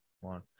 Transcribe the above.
one